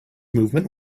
movement